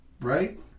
Right